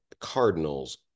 Cardinals